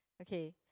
Okay